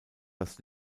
das